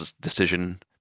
decision